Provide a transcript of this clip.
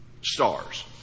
stars